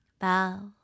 bow